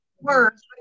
words